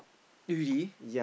really